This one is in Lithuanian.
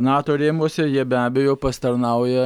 nato rėmuose jie be abejo pasitarnauja